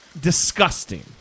disgusting